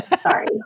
sorry